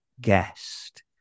guest